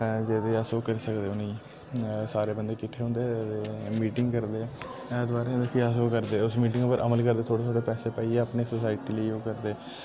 जेह्दे अस ओह् करी सकदे उ'नेंगी सारे बंदे किट्ठे होंदे मीटिंग करदे ऐतबारें ते फ्ही अस ओह् करदे उस मीटिंग उप्पर अमल करदे थोह्ड़े थोह्ड़े पैसे पाइयै अपनी सोसाइटी लेई ओह् करदे